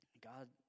God